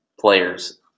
players